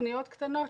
תוכניות קטנות,